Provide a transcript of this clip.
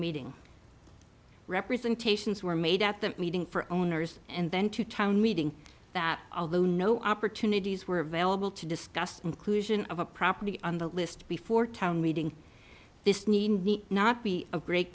meeting representations were made at that meeting for owners and then to town meeting that although no opportunities were available to discuss inclusion of a property on the list before town meeting this need not be of great